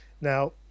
Now